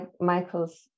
Michael's